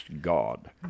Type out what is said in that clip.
God